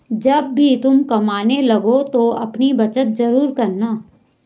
जब भी तुम कमाने लगो तो अपनी बचत जरूर करना